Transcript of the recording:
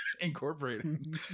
Incorporated